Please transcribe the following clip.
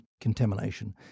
contamination